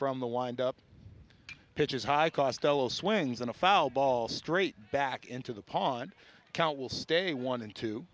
from the wind up pitches high costello swings in a foul ball straight back into the pond count will stay one and two